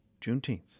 Juneteenth